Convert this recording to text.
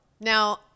Now